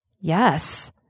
Yes